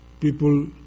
people